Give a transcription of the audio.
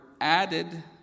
added